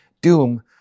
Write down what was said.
doom